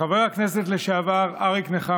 וחבר הכנסת לשעבר אריק נחמקין.